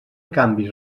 canvis